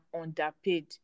underpaid